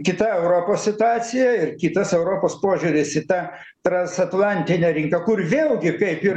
kita europos situacija ir kitas europos požiūris į tą transatlantinę rinką kur vėlgi kaip ir